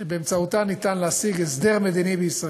שבאמצעותה אפשר להשיג הסדר מדיני בישראל.